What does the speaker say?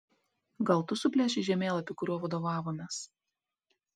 gal tu suplėšei žemėlapį kuriuo vadovavomės